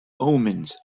omens